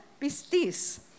pistis